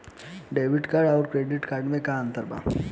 Debit card आउर credit card मे का अंतर बा?